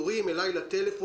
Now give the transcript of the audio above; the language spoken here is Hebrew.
ההורים נדרשים